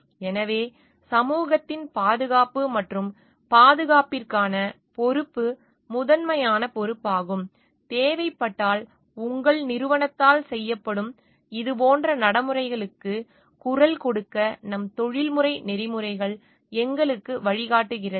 எனவே சமூகத்தின் பாதுகாப்பு மற்றும் பாதுகாப்பிற்கான பொறுப்பு முதன்மையான பொறுப்பாகும் தேவைப்பட்டால் உங்கள் நிறுவனத்தால் செய்யப்படும் இதுபோன்ற நடைமுறைகளுக்கு குரல் கொடுக்க நம் தொழில்முறை நெறிமுறைகள் எங்களுக்கு வழிகாட்டுகிறது